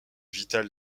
vitale